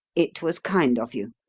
it was kind of you.